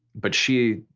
but she,